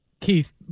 Keith